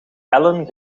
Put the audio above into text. ellen